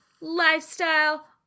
lifestyle